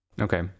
okay